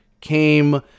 came